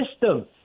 system